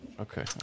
Okay